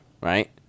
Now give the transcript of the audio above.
Right